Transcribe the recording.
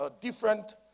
different